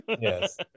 yes